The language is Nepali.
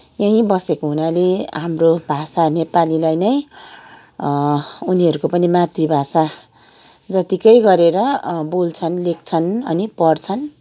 यहीँ बसेको हुनाले हाम्रो भाषा नेपालीलाई नै उनीहरू को पनि मातृभाषा जत्तिकै गरेर बोल्छन् लेख्छन् अनि पढ्छन्